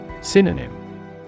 Synonym